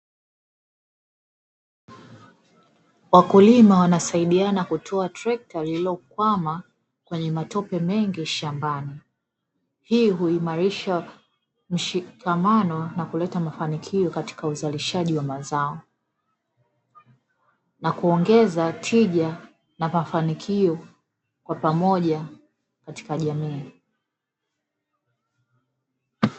Wakulima wanasaidiana kutoa trekta lililokwama kwenye matope mengi shambani, hii huimarisha mshikamano na kuleta mafanikio katika uzalishaji wa mazao, na kuongeza tija na mafanikio kwa pamoja katika jamii.